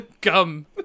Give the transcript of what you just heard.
gum